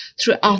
throughout